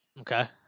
Okay